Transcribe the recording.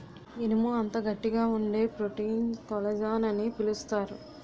ఇనుము అంత గట్టిగా వుండే ప్రోటీన్ కొల్లజాన్ అని పిలుస్తారు